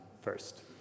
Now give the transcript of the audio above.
first